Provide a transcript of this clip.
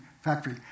factory